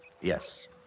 Yes